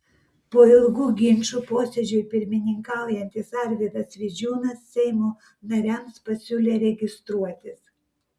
po ilgų ginčų posėdžiui pirmininkaujantis arvydas vidžiūnas seimo nariams pasiūlė registruotis